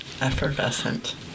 Effervescent